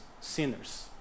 sinners